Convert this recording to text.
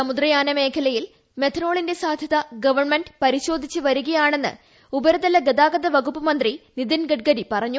സമുദ്രയാന മേഖലയിൽ മെത്തനോളിന്റെ സാധ്യത ഗവൺമെന്റ് പരിശോധിച്ച് വരികയാണെന്ന് ഉപരിതല ഗതാഗതമന്ത്രി നിതിൻ ഗഡ്കരി പറഞ്ഞു